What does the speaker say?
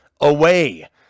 away